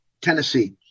Tennessee